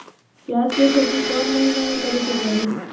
प्याज के खेती कौन महीना में करेके चाही?